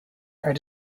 are